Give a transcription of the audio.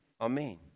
Amen